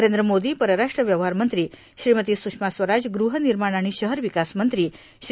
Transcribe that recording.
नरेंद्र मोदी परराष्ट्र व्यवहार मंत्री श्रीमती सुषमा स्वराज गृहनिर्माण आणि शहर विकास मंत्री श्री